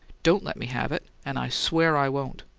don't let me have it and i swear i won't!